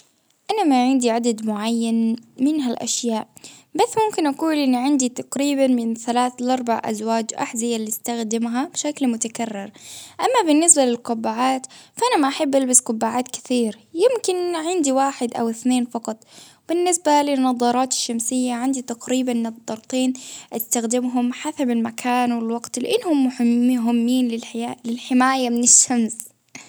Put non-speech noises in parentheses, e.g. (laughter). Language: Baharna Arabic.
أنا ما عندي عدد معين من هالأشياء، بس ممكن أقول إنه عندي تقريبا من ثلاث لأربع أزواج أحذية اللي أستخدمها بشكل متكرر، أما بالنسبة للقبعات فأنا ما أحب ألبس قبعات كثير، يمكن عندي واحد، أو إثنين فقط.، بالنسبة للنظارات الشمسية عندي تقريبا نضارتين أستخدمهم حسب المكان والوقت، لإنهم (laughs) مهمين للحماية من الشمس.